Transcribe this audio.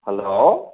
hello